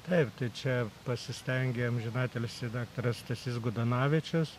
taip tai čia pasistengė amžinatilsį daktaras stasys gudonavičius